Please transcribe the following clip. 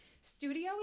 studio